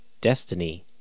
destiny